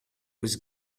was